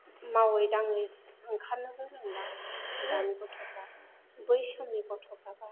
मावै दाङै ओंखारनोबो रोंला दानि गथ'फ्रा बै समनि गथ'फ्राबा